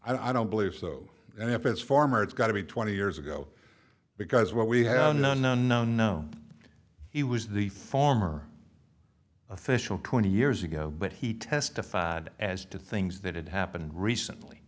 i don't believe so and if it's former it's got to be twenty years ago because what we have no no no no he was the former official twenty years ago but he testified as to things that had happened recently